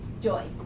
Joy